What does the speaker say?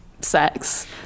sex